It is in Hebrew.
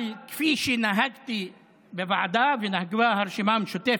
אבל כפי שנהגתי בוועדה, ונהגה הרשימה המשותפת,